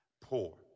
Poor